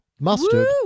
Mustard